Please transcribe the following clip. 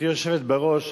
גברתי היושבת בראש,